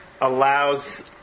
allows